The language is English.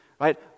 Right